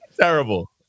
Terrible